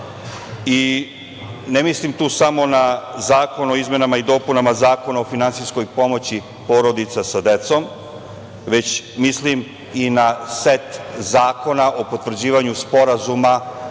Ne mislim tu samo na Zakon o izmenama i dopunama Zakona o finansijskoj pomoći porodica sa decom, već mislim i na set zakona o potvrđivanju sporazuma